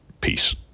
Peace